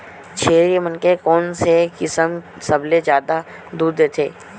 छेरी मन के कोन से किसम सबले जादा दूध देथे?